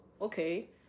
okay